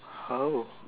how